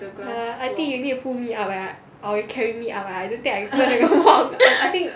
ya I think you need to pull me up leh or you carry me up I don't think I can walk